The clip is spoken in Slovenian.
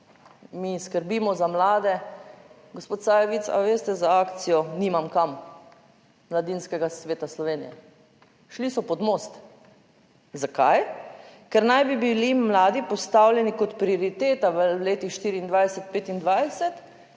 Mi skrbimo za mlade. Gospod Sajovic, a veste, za akcijo nimam kam. Mladinskega sveta Slovenije. Šli so pod most. Zakaj? Ker naj bi bili mladi postavljeni kot prioriteta v letih 24, 25